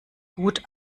gut